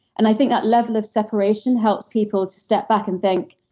and i think that level of separation helps people to step back and think,